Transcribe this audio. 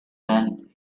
than